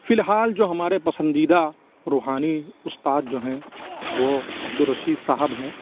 فی الحال جو ہمارے پسندیدہ روحانی اُستاد جو ہیں وہ عبد الرشید صاحب ہیں